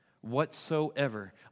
whatsoever